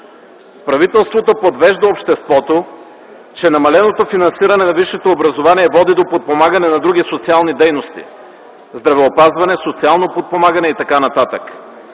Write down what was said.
Правителството подвежда обществото, че намаленото финансиране на висшето образование води до подпомагане на други социални дейности – здравеопазване, социално подпомагане и т.н.